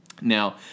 Now